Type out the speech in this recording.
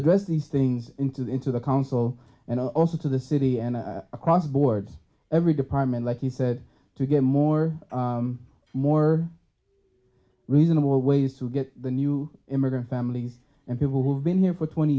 address these things into the into the council and also to the city and across the board every department like you said to get more more reasonable ways to get the new immigrant families and people who've been here for twenty